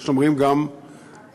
ויש אומרים וגם נרצחים.